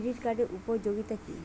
Credit কার্ডের উপযোগিতা কি?